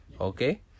okay